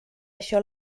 això